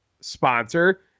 sponsor